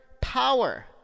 power